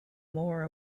more